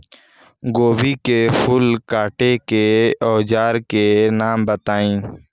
गोभी के फूल काटे के औज़ार के नाम बताई?